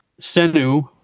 Senu